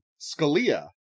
Scalia